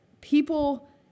people